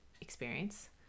experience